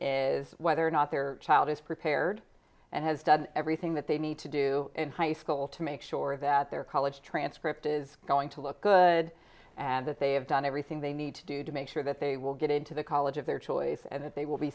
is whether or not their child is prepared and has done everything that they need to do in high school to make sure that their college transcript is going to look good and that they have done everything they need to do to make sure that they will get into the college of their choice and that they will be